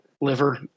liver